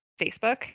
Facebook